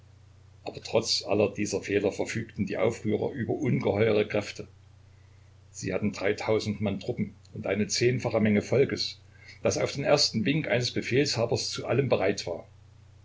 aber trotz aller dieser fehler verfügten die aufrührer über ungeheure kräfte sie hatten dreitausend mann truppen und eine zehnfache menge volkes das auf den ersten wink eines befehlshabers zu allem bereit war